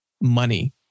money